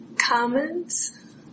comments